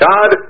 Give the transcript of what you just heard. God